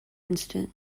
instant